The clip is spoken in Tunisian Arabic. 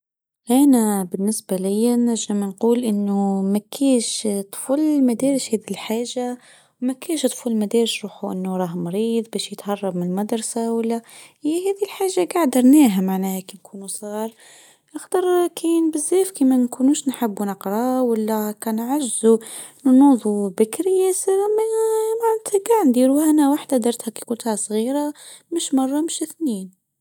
هنا بالنسبه لي نرجع نقول انه مكيش طفل مدارس. في هذه الحاجه ما كاينش الطفل انه وراه مريض. ترشد الحاجه. اختراقين بالزاف كما نكونوش نحب نقرا ولا كنعجز ونوضوا بكري.وانا واحده جولتها وانا صغيره مش مره مش سنين.